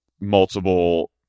multiple